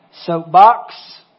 soapbox